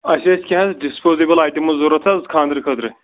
اَسہِ ٲسۍ کیٚنٛہہ حظ ڈِسپوزیبٕل آیٹمٕز ضروٗرت حظ خانٛدرٕ خٲطرٕ